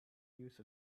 use